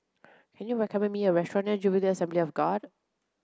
can you recommend me a restaurant near Jubilee Assembly of God